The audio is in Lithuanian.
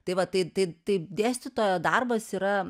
tai va tai tai tai dėstytojo darbas yra